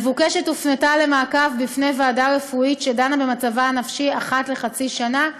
המבוקשת הופנתה למעקב בפני ועדה רפואית לדיון במצבה הנפשי אחת לחצי שנה,